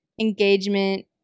engagement